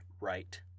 right